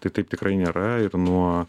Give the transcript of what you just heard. tai taip tikrai nėra ir nuo